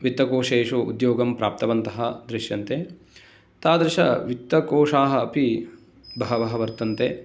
वित्तकोषेषु उद्योगं प्राप्तवन्तः दृश्यन्ते तादृश वित्तकोषाः अपि बहवः वर्तन्ते